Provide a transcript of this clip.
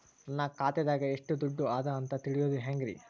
ನನ್ನ ಖಾತೆದಾಗ ಎಷ್ಟ ದುಡ್ಡು ಅದ ಅಂತ ತಿಳಿಯೋದು ಹ್ಯಾಂಗ್ರಿ?